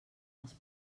els